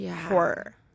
horror